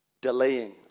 Delaying